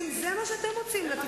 זה דיון על חוק